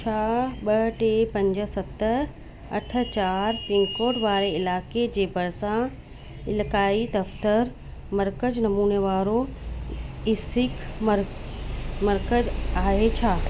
छा ॿ टे पंज सत अठ चार पिनकोड वारे इलाइक़े जे भरिसां इलाक़ाई दफ़्तरु मर्कज़ु नमूने वारो को इसिक मर्क मर्कज़ु आहे छा